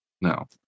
No